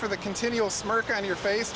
for the continual smirk on your face